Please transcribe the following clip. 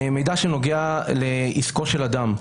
מידע שנוגע לעסקו של אדם.